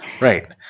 Right